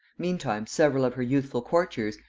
meantime several of her youthful courtiers,